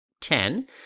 ten